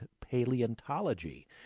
Paleontology